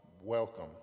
Welcome